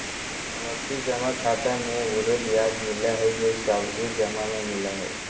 आवर्ती जमा खाता मे उहे ब्याज मिलय हइ जे सावधि जमा में मिलय हइ